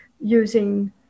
using